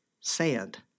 sand